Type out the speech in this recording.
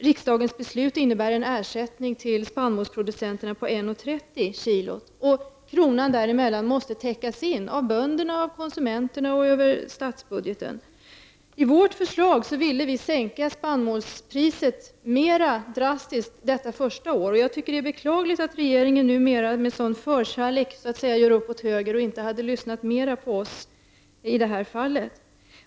Riksdagsbeslutet innebar en ersättning till spannmålsproducenterna på 1:30 kr. per kilo. Kronan där emellan måste täckas av bönderna, av konsumenterna och över statsbudgeten. I vårt förslag ville vi detta första år sänka spannmålspriset mer drastiskt. Jag tycker att det är beklagligt att regeringen med sådan förkärlek numera gör upp åt höger och inte har lyssnat mera på oss i det här fallet.